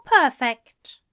perfect